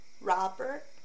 Robert